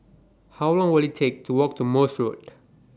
How Long Will IT Take to Walk to Morse Road